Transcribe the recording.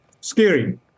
scary